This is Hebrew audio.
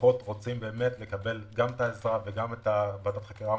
המשפחות רוצות לקבל גם עזרה וגם ועדת חקירה ממלכתית.